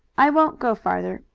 i won't go farther.